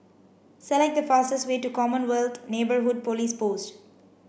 select the fastest way to Commonwealth Neighbourhood Police Post